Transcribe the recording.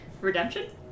Redemption